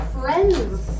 friends